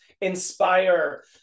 inspire